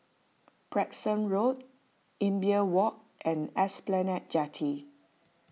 Branksome Road Imbiah Walk and Esplanade Jetty